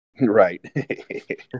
right